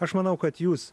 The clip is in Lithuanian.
aš manau kad jūs